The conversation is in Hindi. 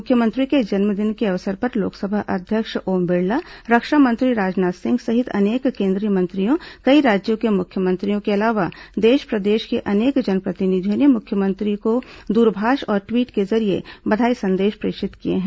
मुख्यमंत्री के जन्मदिन के अवसर पर लोकसभा अध्यक्ष ओम बिड़ला रक्षा मंत्री राजनाथ सिंह सहित अनेक केंद्रीय मंत्रियों कई राज्यों के मुख्यमंत्रियों के अलावा देश प्रदेश के अनेक जनप्रतिनिधियों ने मुख्यमंत्री को दूरभाष और ट्वीट के जरिये बधाई संदेश प्रेषित किए हैं